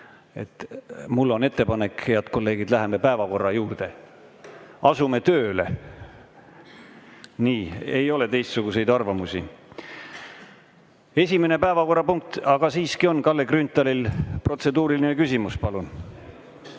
Mul on ettepanek, head kolleegid, läheme päevakorra juurde, asume tööle. Nii. Ei ole teistsuguseid arvamusi. Esimene päevakorrapunkt... Aga siiski on Kalle Grünthalil protseduuriline küsimus. Palun!